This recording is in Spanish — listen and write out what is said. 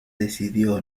decidió